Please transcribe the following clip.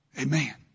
Amen